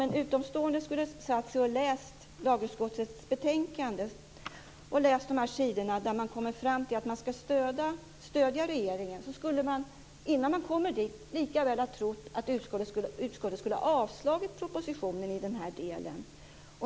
En utomstående som sätter sig och läser de sidor i lagutskottets betänkande där man kommer fram till att man skall stödja regeringen skulle innan han kom fram dit lika väl kunna tro att utskottet tänkte avstyrka propositionen i den här delen.